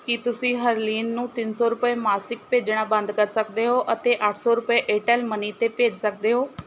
ਕੀ ਤੁਸੀਂ ਹਰਲੀਨ ਨੂੰ ਤਿੰਨ ਸੌ ਰੁਪਏ ਮਾਸਿਕ ਭੇਜਣਾ ਬੰਦ ਕਰ ਸਕਦੇ ਹੋ ਅਤੇ ਅੱਠ ਸੌ ਰੁਪਏ ਏਅਰਟੈੱਲ ਮਨੀ 'ਤੇ ਭੇਜ ਸਕਦੇ ਹੋ